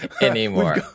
anymore